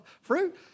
fruit